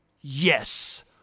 Yes